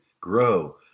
grow